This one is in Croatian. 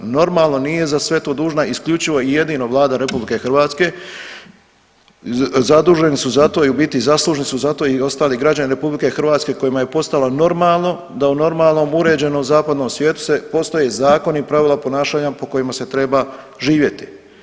Normalno nije za sve to dužna isključivo i jedino Vlada RH, zaduženi su za to u biti zaslužni su za to i ostali građani RH kojima je postalo normalno da u normalnom, uređenom zapadnom svijetu se postoje zakoni i pravila ponašanja po kojima se treba živjeti.